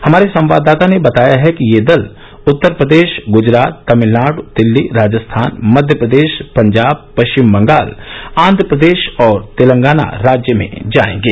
हमारे संवाददाता ने बताया है कि ये दल उत्तर प्रदेश गुजरात तमिलनाडु दिल्ली राजस्थान मध्यप्रदेश पंजाब पश्चिम बंगाल आंध्रप्रदेश और तेलंगाना राज्य में जाएंगे